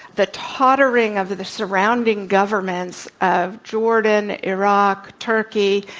the tottering of the surrounding governments of jordan, iraq, turkey,